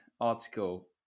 article